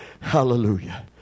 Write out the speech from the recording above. Hallelujah